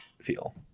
feel